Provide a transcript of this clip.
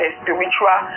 spiritual